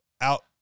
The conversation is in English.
out